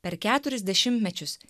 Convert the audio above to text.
per keturis dešimtmečius